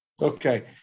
Okay